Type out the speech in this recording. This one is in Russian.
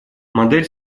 модель